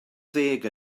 ddeg